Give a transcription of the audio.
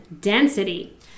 density